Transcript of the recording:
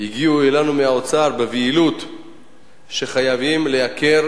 הגיעו אלינו מהאוצר בבהילות שחייבים לייקר